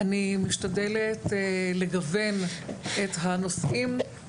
אני משתדלת לגוון את הנושאים,